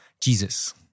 Jesus